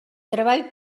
treball